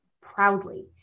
proudly